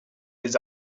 les